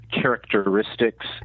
characteristics